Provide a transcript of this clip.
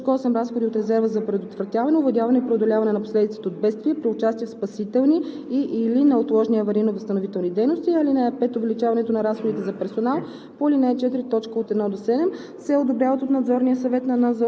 НЗОК изпълнява международни договори и програми през текущата година; 8. разходи от резерва за предотвратяване, овладяване и преодоляване на последиците от бедствия при участие в спасителни и/или неотложни аварийно-възстановителни дейности. (5) Увеличението на разходите за персонал